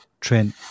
Trent